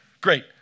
Great